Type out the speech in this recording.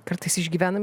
kartais išgyvename